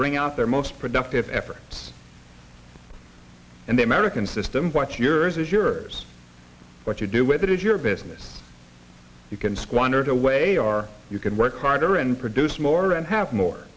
bring out their most productive efforts and the american system what yours is yours what you do with it is your business you can squander it away are you can work harder and produce more and have more